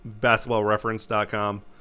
BasketballReference.com